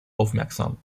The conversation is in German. aufmerksam